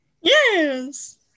Yes